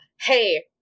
Hey